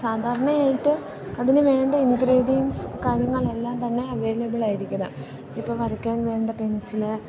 സാധാരണയായിട്ട് അതിന് വേണ്ട ഇൻഗ്രീഡിയൻസ് കാര്യങ്ങളെല്ലാം തന്നെ അവൈലബിൾ ആയിരിക്കണം ഇപ്പോൾ വരയ്ക്കാൻ വേണ്ട പെൻസില്